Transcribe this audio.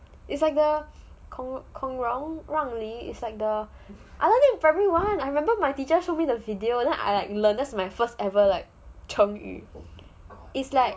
it's like the 孔融让梨 it's like learn it in primary one I remember my teacher show me the video then I like learn that's my first ever 成语